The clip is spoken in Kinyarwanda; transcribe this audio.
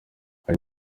hari